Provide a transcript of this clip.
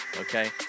okay